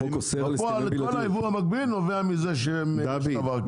בפועל כל היבוא המקביל נובע מזה שיש דבר כזה.